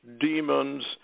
demons